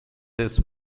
this